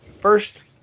First